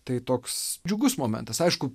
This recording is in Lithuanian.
tai toks džiugus momentas aišku